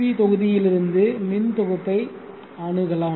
we தொகுதியிலிருந்து மின் தொகுப்பை அணுகலாம்